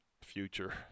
future